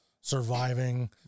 surviving